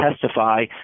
testify